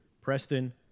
Preston